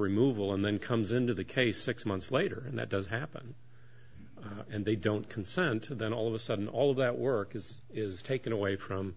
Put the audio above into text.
removal and then comes into the case six months later that does happen and they don't consent to then all of a sudden all that work is is taken away from